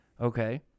Okay